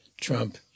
Trump